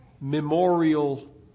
memorial